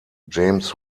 james